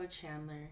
Chandler